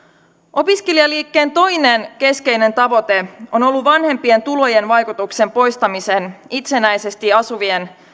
opiskelijaliikkeen toinen keskeinen tavoite on ollut vanhempien tulojen vaikutuksen poistaminen itsenäisesti asuvien